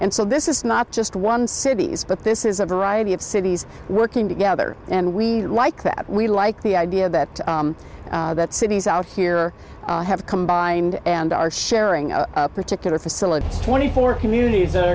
and so this is not just one cities but this is a variety of cities working together and we'd like that we like the idea that that cities out here have combined and are sharing a particular facility twenty four communities that